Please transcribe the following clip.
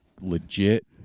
legit